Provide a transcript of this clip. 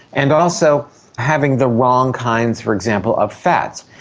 and also having the wrong kinds, for example, of fats.